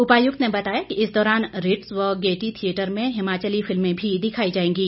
उपायुक्त ने बताया कि इस दौरान रिट्ज़ व गेयटी थियेटर में हिमाचली फिल्में भी दिखाई जाएंगी